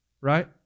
right